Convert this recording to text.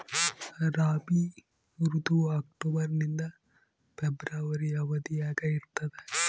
ರಾಬಿ ಋತುವು ಅಕ್ಟೋಬರ್ ನಿಂದ ಫೆಬ್ರವರಿ ಅವಧಿಯಾಗ ಇರ್ತದ